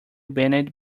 banned